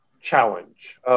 challenge